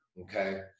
Okay